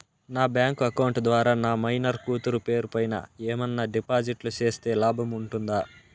నా bank account ద్వారా నా మైనర్ కూతురు పేరు పైన ఏమన్నా డిపాజిట్లు సేస్తే లాభం ఉంటుందా?